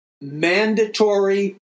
mandatory